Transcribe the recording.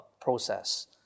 process